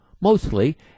mostly